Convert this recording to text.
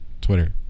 Twitter